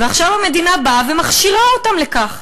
ועכשיו המדינה באה ומכשירה אותם לכך,